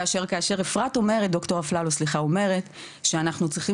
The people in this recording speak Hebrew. כאשר דוקטור אפללו אומרת שאנחנו צריכים